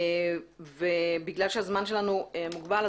בגלל שהזמן שלנו מוגבל,